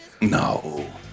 No